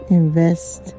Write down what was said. invest